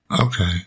Okay